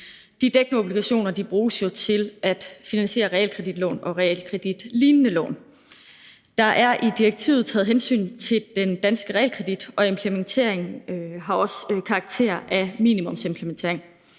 De dækkede obligationer bruges jo til at finansiere realkreditlån og realkreditlignende lån. Der er i direktivet taget hensyn til den danske realkredit, og implementeringen har også karakter af minimumsimplementering,